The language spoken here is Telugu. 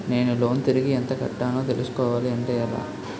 నేను లోన్ తిరిగి ఎంత కట్టానో తెలుసుకోవాలి అంటే ఎలా?